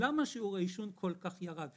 למה שיעור העישון כל כך ירד?